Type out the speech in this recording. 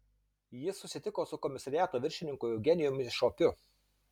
jis susitiko su komisariato viršininku eugenijumi šopiu